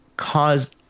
cause